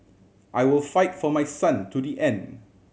I will fight for my son to the end